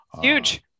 huge